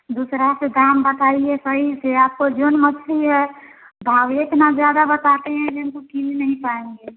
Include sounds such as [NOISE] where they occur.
दूसरा के दाम बताइए सही से आपको जोन मछ्ली है दावले इतना ज़्यादा बताते है [UNINTELLIGIBLE] किन नहीं पाएँगे